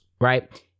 right